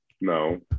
No